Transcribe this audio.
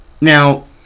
Now